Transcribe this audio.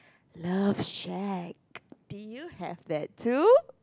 love shack did you have that too